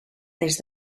des